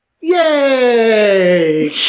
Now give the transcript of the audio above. Yay